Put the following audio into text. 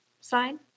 side